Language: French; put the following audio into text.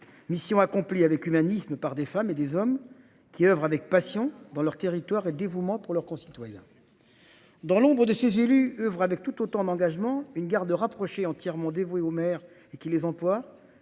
mission accomplie avec humanisme par des femmes et des hommes qui oeuvre avec passion dans leur territoire et dévouement pour leurs concitoyens. Dans l'ombre de ses élus oeuvre avec tout autant d'engagement une garde rapprochée entièrement dévouée au maire et qui les emploie,